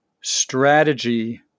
strategy